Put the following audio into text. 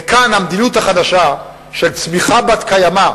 וכאן מקומה של המדיניות החדשה של צמיחה בת-קיימא,